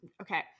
okay